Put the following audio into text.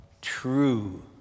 True